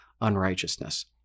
unrighteousness